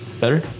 Better